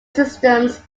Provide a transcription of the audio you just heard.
systems